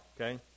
okay